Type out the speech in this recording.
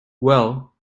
well